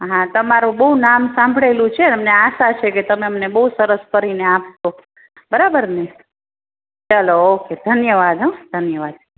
હા તમારૂં બહુ નામ સાંભળેલું છે અમને આશા છે કે તમે અમને બહુ સરસ કરીને આપશો બરાબર ને ચાલો ઓકે ધન્યવાદ હં ધન્યવાદ